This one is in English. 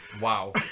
Wow